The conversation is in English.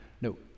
No